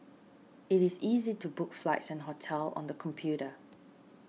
it is easy to book flights and hotels on the computer